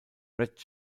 red